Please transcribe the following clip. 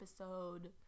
episode